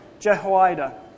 Jehoiada